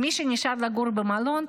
מי שנשאר לגור במלון,